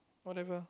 whatever